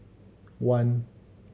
one